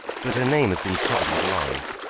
but her name has been covered with lies.